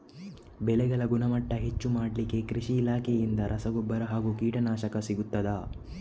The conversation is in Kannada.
ಬೆಳೆಗಳ ಗುಣಮಟ್ಟ ಹೆಚ್ಚು ಮಾಡಲಿಕ್ಕೆ ಕೃಷಿ ಇಲಾಖೆಯಿಂದ ರಸಗೊಬ್ಬರ ಹಾಗೂ ಕೀಟನಾಶಕ ಸಿಗುತ್ತದಾ?